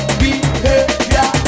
behavior